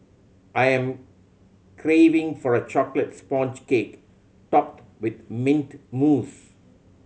I am craving for a chocolate sponge cake topped with mint mousse